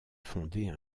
fonder